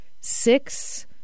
six